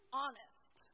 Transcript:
honest